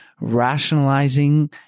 rationalizing